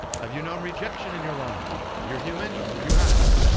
have you known rejection in your life? you're human. you have.